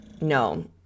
No